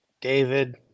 David